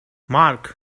marc